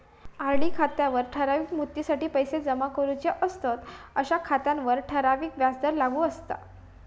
RD खात्यात ठराविक मुदतीसाठी पैशे जमा करूचे असतंत अशा खात्यांवर ठराविक व्याजदर लागू असता